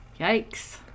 Yikes